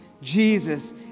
Jesus